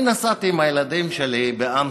אני נסעתי עם הילדים שלי באמסטרדם,